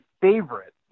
favorite